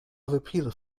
repeated